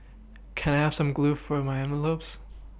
can I have some glue for my envelopes